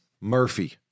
Murphy